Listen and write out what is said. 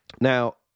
Now